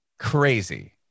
crazy